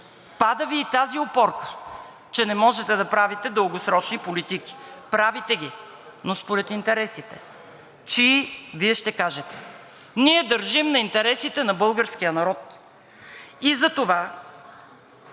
Пада Ви и тази опорка, че не можете да правите дългосрочни политики. Правите ги, но според интересите. Чии? Вие ще кажете. Ние държим на интересите на българския народ и затова